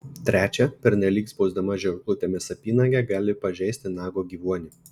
trečia pernelyg spausdama žirklutėmis apynagę gali pažeisti nago gyvuonį